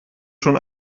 schon